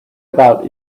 about